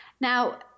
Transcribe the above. Now